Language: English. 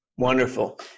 Wonderful